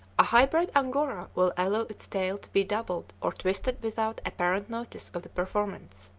a highbred angora will allow its tail to be doubled or twisted without apparent notice of the performance.